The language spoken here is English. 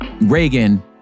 Reagan